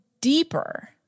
deeper